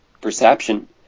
perception